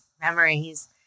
memories